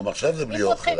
גם עכשיו זה בלי אוכל.